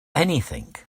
anything